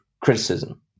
criticism